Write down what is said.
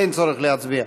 אין צורך להצביע.